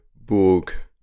book